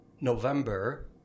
November